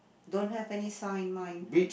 don't have any sign mine